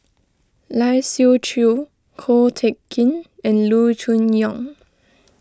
Lai Siu Chiu Ko Teck Kin and Loo Choon Yong